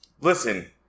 listen